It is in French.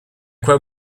quoi